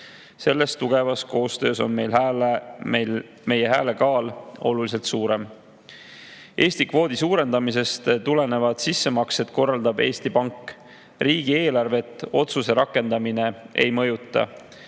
Selles tugevas koostöös on meie hääle kaal oluliselt suurem. Eesti kvoodi suurendamisest tulenevad sissemaksed korraldab Eesti Pank. Riigieelarvet otsuse rakendamine ei mõjuta.